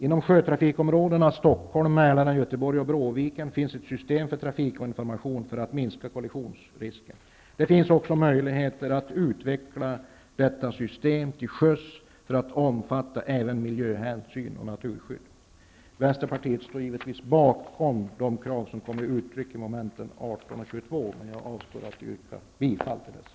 Inom sjötrafikområdena Stockholm, Mälaren, Göteborg och Bråviken finns ett system för trafikinformation för att minska kollisionsrisken. Det finns möjlighet att utveckla detta system till sjöss till att omfatta även miljöhänsyn och naturskydd. Vänsterpartiet står givetvis bakom de krav som kommer till uttryck i min meningsyttring beträffande momenten 18 och 22, men jag avstår i den delen från yrkande.